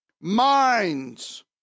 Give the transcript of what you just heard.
minds